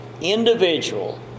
individual